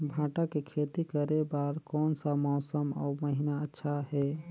भांटा के खेती करे बार कोन सा मौसम अउ महीना अच्छा हे?